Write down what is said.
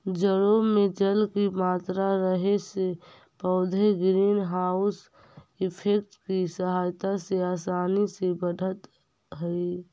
जड़ों में जल की मात्रा रहे से पौधे ग्रीन हाउस इफेक्ट की सहायता से आसानी से बढ़त हइ